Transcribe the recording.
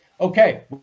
Okay